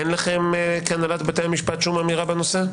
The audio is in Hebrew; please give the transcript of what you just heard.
אין לכם כהנהלת בתי המשפט שום אמירה בנושא?